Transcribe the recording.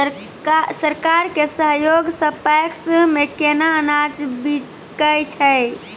सरकार के सहयोग सऽ पैक्स मे केना अनाज बिकै छै?